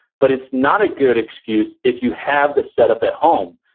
but it's not a good excuse if you have this set up at home.